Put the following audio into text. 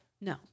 No